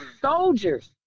soldiers